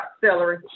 celery